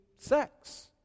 sex